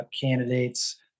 candidates